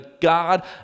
God